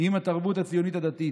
עם התרבות הציונית הדתית.